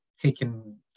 taken